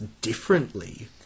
differently